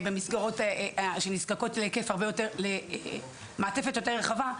במסגרות שנזקקות למעטפת הרבה יותר רחבה.